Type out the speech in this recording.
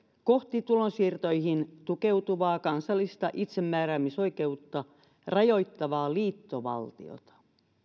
kohti tulonsiirtoihin tukeutuvaa kansallista itsemääräämisoikeutta rajoittavaa liittovaltiota